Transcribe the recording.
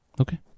Okay